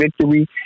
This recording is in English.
victory